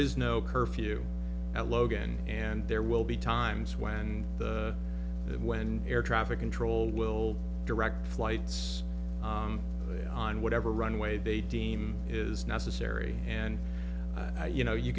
is no curfew at logan and there will be times when when air traffic control will direct flights on whatever runway they deem is necessary and you know you